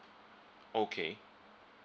okay